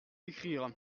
écrire